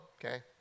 okay